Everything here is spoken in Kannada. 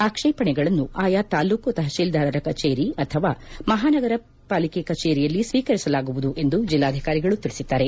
ಆಕ್ಷೇಪಣೆಗಳನ್ನು ಆಯಾ ತಾಲ್ಲೂಕು ತಹತೀಲ್ದಾರರ ಕಚೇರಿ ಅಥವಾ ಮಹಾನಗರಪಾಲಿಕೆ ಕಚೇರಿಯಲ್ಲಿ ಸ್ನೀಕರಿಸಲಾಗುವುದು ಎಂದು ಜೆಲ್ವಾಧಿಕಾರಿಗಳು ತಿಳಿಸಿದ್ದಾರೆ